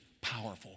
powerful